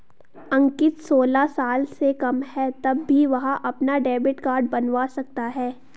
अंकित सोलह साल से कम है तब भी वह अपना डेबिट कार्ड बनवा सकता है